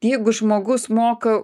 jeigu žmogus moka